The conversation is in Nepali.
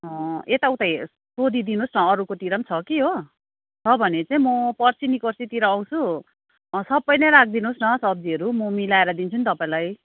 यताउता हेरेर सोधिदिनु होस् न अरूकोतिर पनि छ कि हो छ भने चाहिँ म पर्सि निकोर्सितिर आउँछु सबै नै राखिदिनु होस् न सब्जीहरू म मिलाएर दिन्छु नि तपाईँलाई